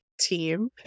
team